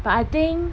but I think